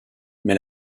mais